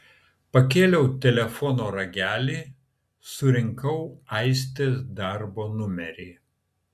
pakėliau telefono ragelį surinkau aistės darbo numerį